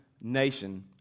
nation